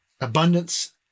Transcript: abundance